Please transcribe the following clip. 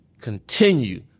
Continue